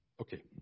Okay